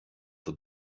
the